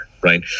Right